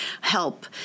help